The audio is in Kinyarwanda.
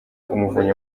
umuvunyi